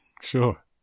sure